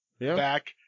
back